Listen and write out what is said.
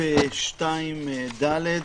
בסעיף 2(ד),